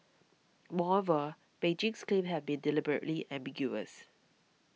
moreover Beijing's claims have been deliberately ambiguous